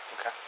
Okay